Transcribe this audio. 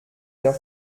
der